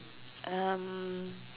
um